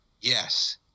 Yes